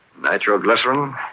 Nitroglycerin